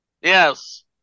Yes